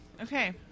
Okay